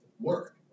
work